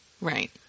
Right